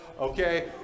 okay